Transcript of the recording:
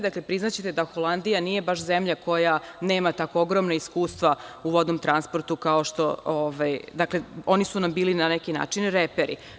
Dakle, priznaćete da Holandija nije baš zemlja koja nema tako ogromna iskustva u vodnom transportu, oni su nam na neki način bili reperi.